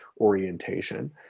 orientation